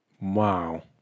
Wow